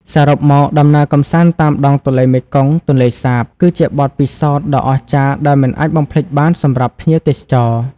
សរុបមក ដំណើរកម្សាន្តតាមដងទន្លេមេគង្គ-ទន្លេសាប គឺជាបទពិសោធន៍ដ៏អស្ចារ្យដែលមិនអាចបំភ្លេចបានសម្រាប់ភ្ញៀវទេសចរ។